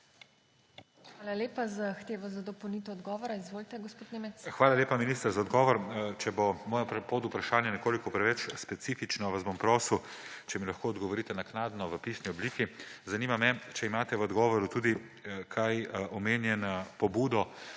Hvala lepa. Zahteva za dopolnitev odgovora. Izvolite, gospod Nemec. **MATJAŽ NEMEC (PS SD):** Hvala lepa, minister, za odgovor. Če bo moje podvprašanje nekoliko preveč specifično, vas bom prosil, če mi lahko odgovorite naknadno v pisni obliki. Zanima me: Ali imate v odgovoru tudi kaj omenjeno pobudo